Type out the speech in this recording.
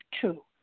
two